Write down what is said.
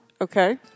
Okay